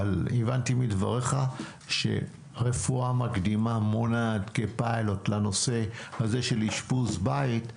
אבל הבנתי מדבריך שהרפואה מקדימה מונעת כפיילוט לנושא הזה של אשפוז בית,